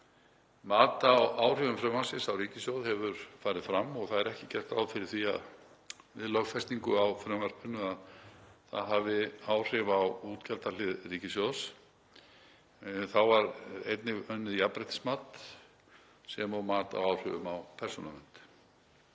Mat á áhrifum frumvarpsins á ríkissjóð hefur farið fram og það er ekki gert ráð fyrir því við lögfestingu á frumvarpinu að það hafi áhrif á útgjaldahlið ríkissjóðs. Þá var einnig unnið jafnréttismat sem og mat á áhrifum á persónuvernd.